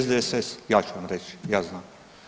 SDSS, ja ću vam reći, ja znam.